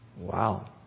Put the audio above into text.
Wow